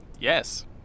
Yes